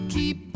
Keep